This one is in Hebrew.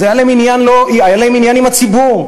אז היה להם עניין עם הציבור.